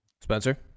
Spencer